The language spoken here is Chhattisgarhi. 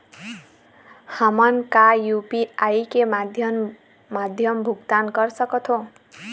हमन का यू.पी.आई के माध्यम भुगतान कर सकथों?